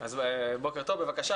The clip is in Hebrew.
בסדר.